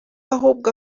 ahubwo